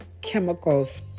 chemicals